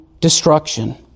destruction